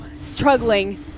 struggling